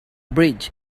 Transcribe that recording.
bridge